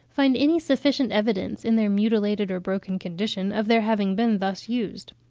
find any sufficient evidence, in their mutilated or broken condition, of their having been thus used.